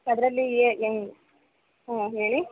ಅದರಲ್ಲಿ ಹೆಂಗ್ ಹ್ಞೂ ಹೇಳಿ